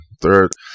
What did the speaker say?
third